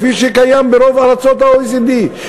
כפי שקיים ברוב ארצות ה-OECD,